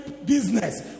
Business